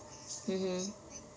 mmhmm